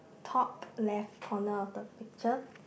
top left corner of the picture